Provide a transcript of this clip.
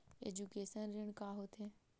Education ऋण का होथे?